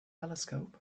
telescope